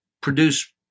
produce